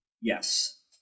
yes